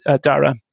Dara